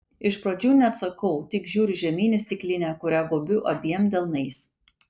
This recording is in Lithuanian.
iš pradžių neatsakau tik žiūriu žemyn į stiklinę kurią gobiu abiem delnais